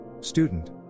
student